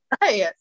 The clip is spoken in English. Right